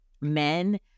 men